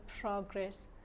progress